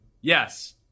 Yes